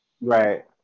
Right